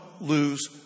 lose